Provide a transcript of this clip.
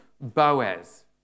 Boaz